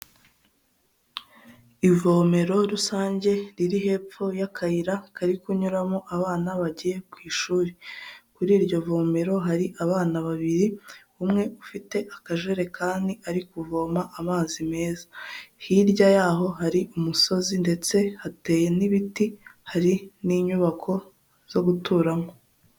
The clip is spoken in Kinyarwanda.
Ivomero rusange riri hepfo y'akayira kari kunyuramo abana bagiye ku ishuri. Kuri iryo vomero hari abana babiri umwe ufite akajerekani ari kuvoma amazi meza hirya y'aho hari umusozi ndetse hateye n'ibiti hari n'inyubako zo guturamo.